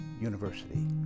University